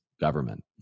government